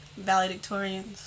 valedictorians